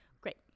Great